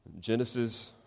Genesis